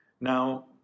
Now